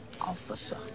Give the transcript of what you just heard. officer